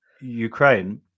ukraine